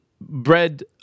bread